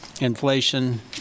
inflation